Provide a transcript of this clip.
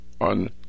on